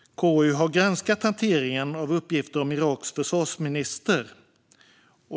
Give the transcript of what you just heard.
KU har granskat hanteringen av uppgifter om Iraks försvarsminister.